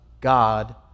God